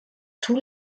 tous